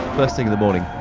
first thing of the morning,